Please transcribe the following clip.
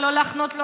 ולא להחנות לא